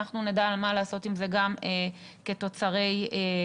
אנחנו נדע מה לעשות עם זה גם כתוצרי גלם.